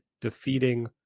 defeating